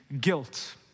guilt